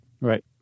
Right